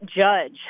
judge